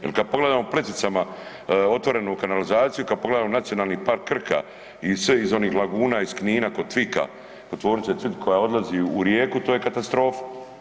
Jer kada pogledam u Plitvicama otvorenu kanalizaciju kada pogledamo Nacionalni park „Krka“ i sve iz onih laguna iz Knina kod TVIK-a kod tvornice … koja odlazi u rijeku to je katastrofa.